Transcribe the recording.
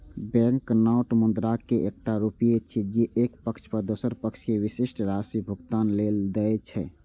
banknote मुद्राक एकटा रूप छियै, जे एक पक्ष दोसर पक्ष कें विशिष्ट राशि भुगतान लेल दै छै